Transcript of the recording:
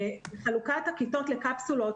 בחלוקת הכיתות לקפסולות